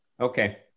okay